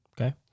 Okay